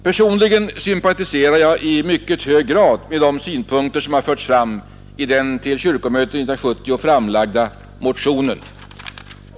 Personligen sympatiserar jag i mycket hög grad med de synpunkter, som anfördes i den till kyrkomötet 1970 framlagda motionen.